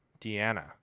Deanna